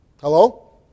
Hello